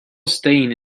staying